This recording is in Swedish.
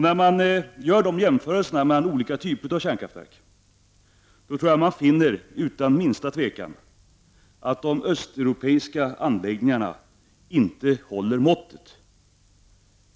När man gör jämförelser mellan olika typer av kärnkraftverk tror jag, utan minsta tvivel, att man finner att de östeuropeiska anläggningarna inte håller måttet.